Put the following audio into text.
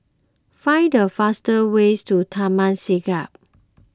find the fastest way to Taman Siglap